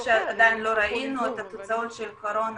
עדיין לא ראינו את התוצאות של הקורונה